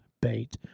bait